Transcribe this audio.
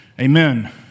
Amen